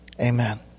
amen